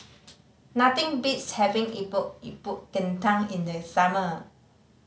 nothing beats having Epok Epok Kentang in the summer